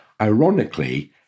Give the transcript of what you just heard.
ironically